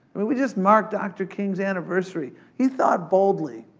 i mean, we just marked dr. king's anniversary. he thought boldly,